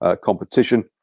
competition